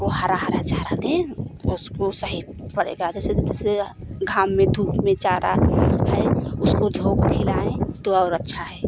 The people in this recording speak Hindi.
वो हरा हरा सारा दिन उसको सही पड़ेगा जैसे जैसे घाम में धूप में चारा है उसको जो हम खिलाए तो और अच्छा है